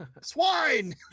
swine